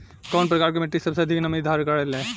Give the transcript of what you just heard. कउन प्रकार के मिट्टी सबसे अधिक नमी धारण करे ले?